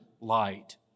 light